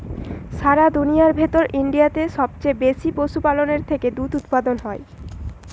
সারা দুনিয়ার ভেতর ইন্ডিয়াতে সবচে বেশি পশুপালনের থেকে দুধ উপাদান হয়